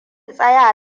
tsaya